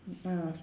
mm uh